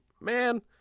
man